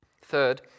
Third